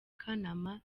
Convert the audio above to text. kanama